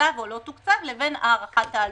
תוקצב או לא תוקצב לבין הערכת העלות.